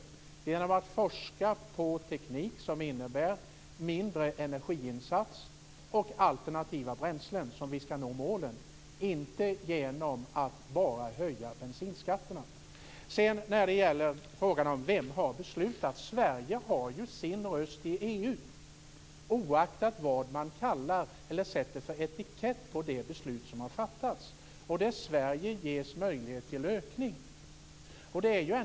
Det är genom att forska på teknik som innebär mindre energiinsatser och alternativa bränslen som vi skall nå målen, inte genom att bara höja bensinskatterna. Sedan gällde det frågan om vem som har beslutat. Sverige har ju sin röst i EU oaktat vad man sätter för etikett på det beslut som har fattats. Sveriges ges möjlighet till en ökning.